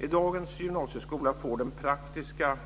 I dagens gymnasieskola får den praktiska